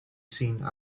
seen